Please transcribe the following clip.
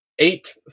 Eight